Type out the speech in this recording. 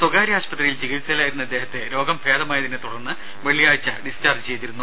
സ്വകാര്യ ആശുപത്രിയിൽ ചികിത്സയിലായിരുന്ന ഇദ്ദേഹത്തെ രോഗം ഭേദമായതിനെത്തുടർന്ന് വെള്ളിയാഴ്ച ഡിസ്ചാർജ്ജ് ചെയ്തിരുന്നു